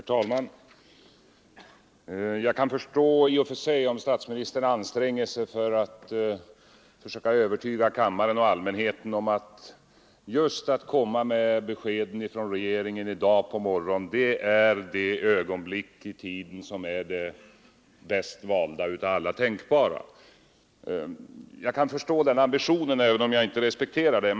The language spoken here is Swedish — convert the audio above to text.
Herr talman! Jag kan i och för sig förstå att statsministern anstränger sig för att övertyga kammaren och allmänheten om att just i dag på morgonen är den bästa tidpunkten för regeringen att lämna besked; det är det ögonblick i tiden som är det bäst valda av alla tänkbara. Jag kan förstå den ambitionen även om jag inte respekterar den.